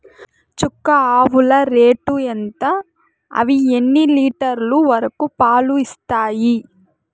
చుక్క ఆవుల రేటు ఎంత? అవి ఎన్ని లీటర్లు వరకు పాలు ఇస్తాయి?